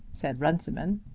said runciman.